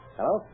Hello